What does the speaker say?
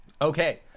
Okay